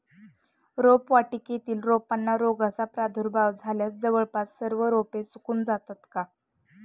रोपवाटिकेतील रोपांना रोगाचा प्रादुर्भाव झाल्यास जवळपास सर्व रोपे सुकून जातात का?